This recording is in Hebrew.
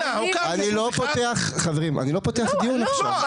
אני לא פותח, חברים, אני לא פותח דיון עכשיו.